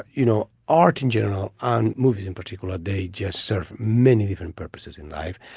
you know, art in general on movies in particular day just serve many even purposes in life.